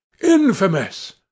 Infamous